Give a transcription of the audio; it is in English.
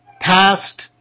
past